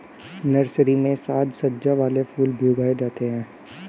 nursery में साज सज्जा वाले फूल भी उगाए जाते हैं